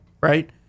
Right